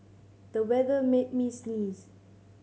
the weather made me sneeze